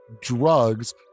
drugs